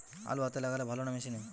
আলু হাতে লাগালে ভালো না মেশিনে?